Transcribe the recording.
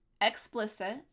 explicit